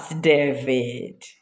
David